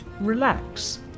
relax